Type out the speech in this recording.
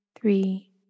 three